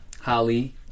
Holly